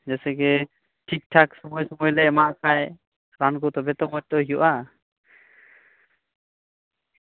ᱡᱮᱭᱥᱮ ᱠᱤ ᱡᱮᱞᱮᱠᱟ ᱴᱷᱤᱠᱼᱴᱷᱟᱠ ᱥᱚᱢᱚᱭᱼᱥᱚᱢᱚᱭ ᱞᱮ ᱮᱢᱟᱜᱼᱟ ᱨᱟᱱ ᱠᱚ ᱛᱟᱵᱮ ᱛᱚ ᱢᱚᱸᱡ ᱛᱟᱫᱚ ᱦᱩᱭᱩᱜᱼᱟ